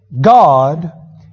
God